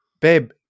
Babe